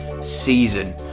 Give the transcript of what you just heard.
season